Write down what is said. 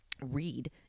read